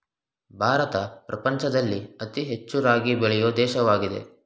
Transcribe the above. ಭಾರತ ಪ್ರಪಂಚದಲ್ಲಿ ಅತಿ ಹೆಚ್ಚು ರಾಗಿ ಬೆಳೆಯೊ ದೇಶವಾಗಿದೆ